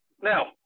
Now